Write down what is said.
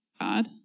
God